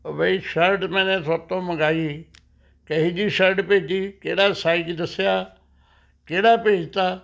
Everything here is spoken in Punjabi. ਓ ਬਈ ਸ਼ਰਟ ਮੈਂ ਤੁਹਾਡੇ ਤੋਂ ਮੰਗਵਾਈ ਕਿਹੋ ਜਿਹੀ ਸ਼ਰਟ ਭੇਜੀ ਕਿਹੜਾ ਸਾਈਜ਼ ਦੱਸਿਆ ਕਿਹੜਾ ਭੇਜ ਦਿੱਤਾ